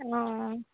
অঁ